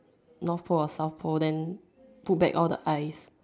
North Pole or South Pole then put back all the ice